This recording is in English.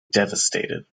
devastated